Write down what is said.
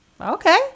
Okay